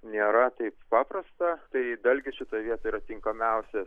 nėra taip paprasta tai dalgis šitoj vietoj yra tinkamiausias